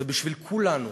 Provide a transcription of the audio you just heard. זה בשביל כולנו.